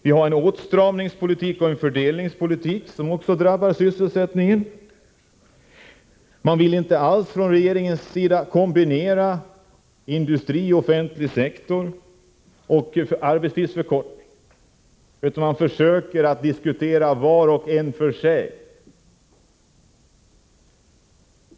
Vi har en åtstramningspolitik och en fördelningspolitik som också drabbar sysselsättningen. Regeringen vill inte alls från regeringens sida i ett sammanhang diskutera kombinationen industri, offentlig sektor och arbetstidsförkortning. Var och en för sig i regeringen försöker diskutera frågan.